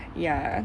ya